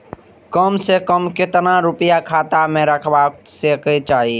कम से कम केतना रूपया खाता में राइख सके छी?